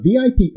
VIP